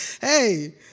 Hey